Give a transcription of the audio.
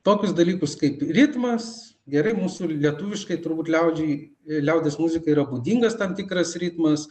tokius dalykus kaip ritmas gerai mūsų lietuviškai turbūt liaudžiai liaudies muzikai yra būdingas tam tikras ritmas